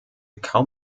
kaum